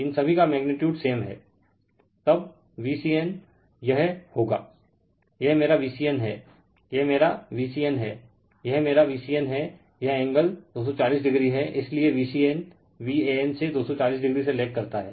इन सभी का magnitude same हैं तब Vcn यह होगा यह मेरा Vcn हैं यह मेरा Vcn हैं यह मेरा Vcn हैं यह एंगल 240o हैं इसीलिए VcnVan से 240o से लेग करता हैं